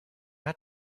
hat